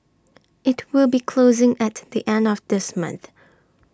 IT will be closing at the end of this month